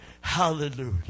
Hallelujah